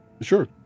Sure